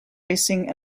racing